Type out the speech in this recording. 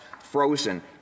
frozen